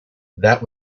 that